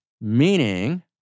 meaning